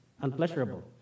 unpleasurable